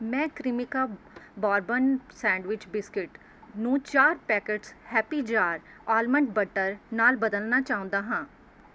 ਮੈਂ Cremica bourbon sandwich biscuit ਨੂੰ ਚਾਰ packets Happy Jar almond butter ਨਾਲ਼ ਬਦਲਣਾ ਚਾਹੁੰਦਾ ਹਾਂ